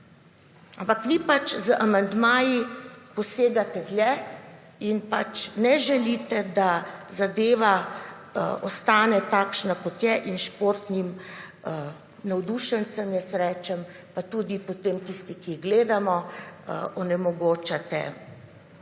ampak vi z amandmaji posegate dlje in ne želite, da zadeva ostane takšna kot je in športnim navdušencem jaz rečem pa tudi potem tistim, ki gledamo, onemogočate,